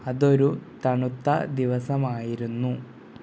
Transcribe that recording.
അതൊരു തണുത്ത ദിവസമായിരുന്നു